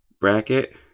bracket